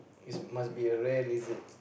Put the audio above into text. is must be a rare lizard